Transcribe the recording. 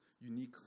unique